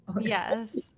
Yes